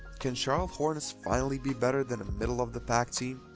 can charlotte hornets finally be better than a middle of the pack team.